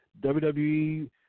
WWE